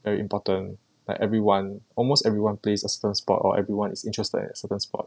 very important like everyone almost everyone plays a certain sport or everyone is interested in a certain sport